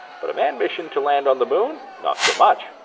but a manned mission to land on the moon? not so much.